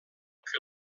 que